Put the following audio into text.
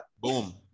boom